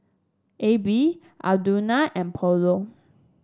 A B Audrina and Paulo